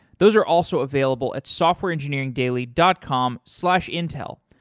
those are also available at softwareengineeringdaily dot com slash intel.